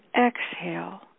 exhale